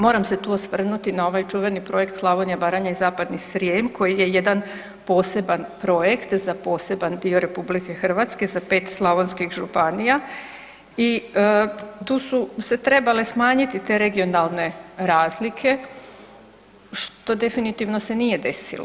Moram se tu osvrnuti na ovaj čuveni „Projekt Slavonija, Baranja i zapadni Srijem“ koji je jedan poseban projekt za poseban dio RH za 5 slavonskih županija i tu su se trebale smanjiti te regionalne razlike, što definitivno se nije desilo.